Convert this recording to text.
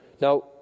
Now